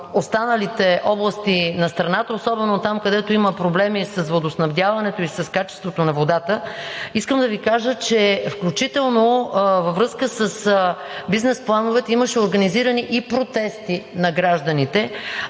останалите области на страната, особено там, където има проблеми с водоснабдяването и с качеството на водата, искам да Ви кажа, че включително във връзка с бизнес плановете имаше организирани и протести на гражданите,